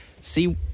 see